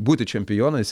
būti čempionais